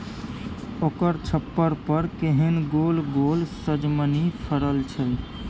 ओकर छप्पर पर केहन गोल गोल सजमनि फड़ल छै